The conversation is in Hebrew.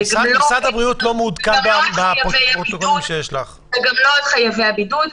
גם צריך להביא בחשבון וכולנו מבינים שזה לא אירוע לשבוע,